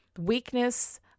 weakness